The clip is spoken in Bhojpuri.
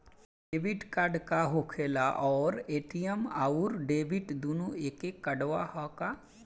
डेबिट कार्ड का होखेला और ए.टी.एम आउर डेबिट दुनों एके कार्डवा ह का?